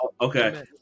Okay